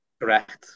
Correct